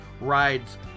rides